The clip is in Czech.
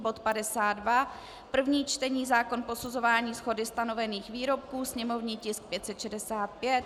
Bod 52 první čtení zákon posuzování shody stanovených výrobků sněmovní tisk 565.